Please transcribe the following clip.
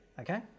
okay